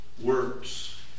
works